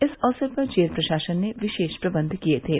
इस अवसर पर जेल प्रशासन ने विशेष प्रदंध किये थे